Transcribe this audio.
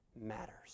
matters